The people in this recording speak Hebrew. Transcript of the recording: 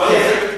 תקשורת.